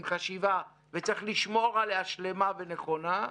עם חשיבה וצריך לשמור עליה שלמה ונכונה,